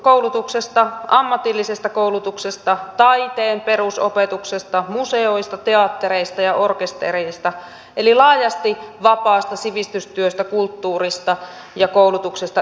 lukiokoulutuksesta ammatillisesta koulutuksesta taiteen perusopetuksesta museoista teattereista ja orkestereista eli laajasti vapaasta sivistystyöstä kulttuurista ja koulutuksesta ylipäänsä